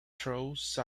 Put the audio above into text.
size